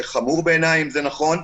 זה חמור בעיניי, אם זה נכון.